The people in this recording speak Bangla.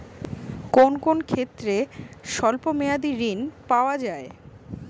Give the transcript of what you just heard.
কোন কোন ক্ষেত্রে স্বল্প মেয়াদি ঋণ পাওয়া যায়?